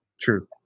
True